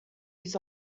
years